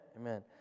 Amen